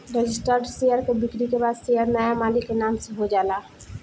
registered share के बिक्री के बाद शेयर नाया मालिक के नाम से हो जाला